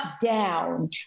down